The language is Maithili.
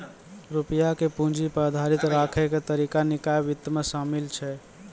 रुपया के पूंजी पे आधारित राखै के तरीका निकाय वित्त मे शामिल छै